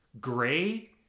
gray